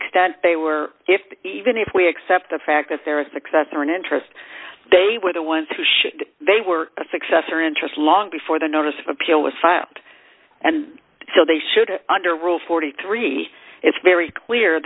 extent they were if even if we accept the fact that there is a successor in interest they were the ones who should they were a successor interest long before the notice of appeal was filed and so they should have under rule forty three it's very clear